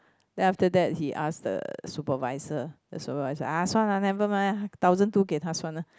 then after that he ask the supervisor the supervisor !aiya! 算了 lah never mind ah thousand two 给她算了